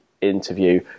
interview